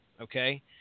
okay